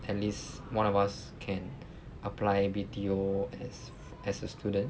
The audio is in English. at least one of us can apply B_T_O as as a student